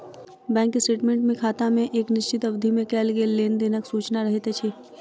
bank statement मे खाता मे एक निश्चित अवधि मे कयल गेल लेन देनक सूचना रहैत अछि